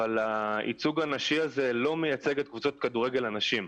אבל הייצוג הנשי הזה לא מייצג את קבוצות כדורגל הנשים,